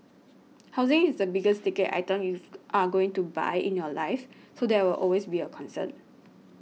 housing is the biggest ticket item you've are going to buy in your life so there will always be a concern